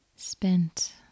Spent